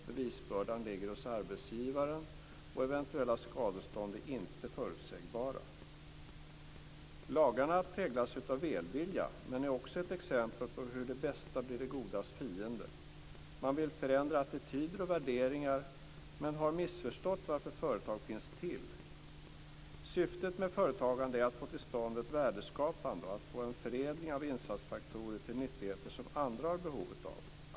Bevisbördan ligger hos arbetsgivaren, och eventuella skadestånd är inte förutsägbara. Lagarna präglas av välvilja men är också ett exempel på hur det bästa blir det godas fiende. Man vill förändra attityder och värderingar men har missförstått varför företag finns till. Syftet med företagande är att få till stånd ett värdeskapande och att få en förädling av insatsfaktorer till nyttigheter som andra har behov av.